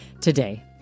today